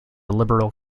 liberal